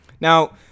Now